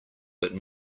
but